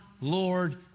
Lord